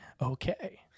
okay